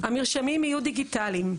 "המרשמים יהיו דיגיטליים,